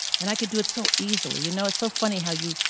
and i could do it so easily. you know it's so funny how you,